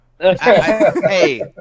Hey